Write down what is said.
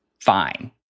fine